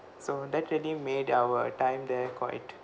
so that really made our time there quite